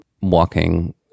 walking